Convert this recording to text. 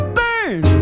burn